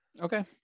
okay